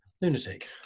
lunatic